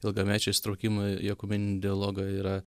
ilgamečio įsitraukimo į ekumeninį dialogą yra